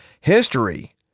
history